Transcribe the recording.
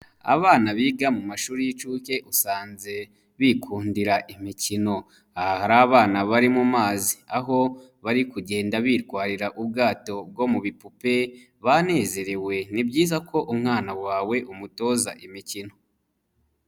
Abana biga mu mashuri y'incuke, usanze bikundira imikino, aha hari abana bari mu mazi, aho bari kugenda bitwarira ubwato bwo mu bipupe, banezerewe, ni byiza ko umwana wawe umutoza imikino.